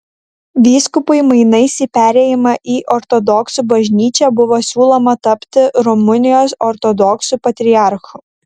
vyskupui mainais į perėjimą į ortodoksų bažnyčią buvo siūloma tapti rumunijos ortodoksų patriarchu